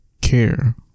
care